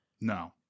No